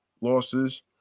losses